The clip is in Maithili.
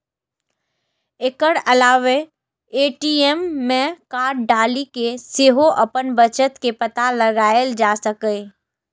एकर अलावे ए.टी.एम मे कार्ड डालि कें सेहो अपन बचत के पता लगाएल जा सकैए